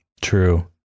True